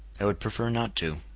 i would prefer not to.